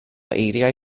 eiriau